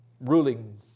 ruling